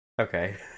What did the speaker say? Okay